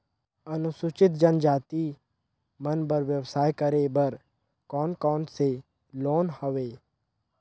अनुसूचित जनजाति मन बर व्यवसाय करे बर कौन कौन से लोन हवे?